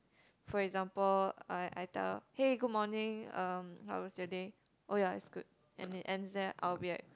for example I I tell hey good morning um how was your day oh ya it's good and it ends there I will be like